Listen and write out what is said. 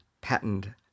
patented